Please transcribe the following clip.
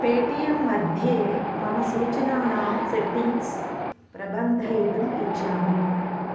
Paytm मध्ये मम सूचनानां सेट्टिङ्ग्स् प्रबन्धयितुम् इच्छामि